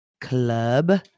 club